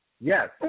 Yes